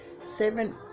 seven